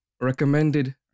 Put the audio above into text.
recommended